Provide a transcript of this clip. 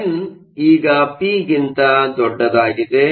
N ಈಗ ಪಿಗಿಂತ ದೊಡ್ಡದಾಗಿದೆ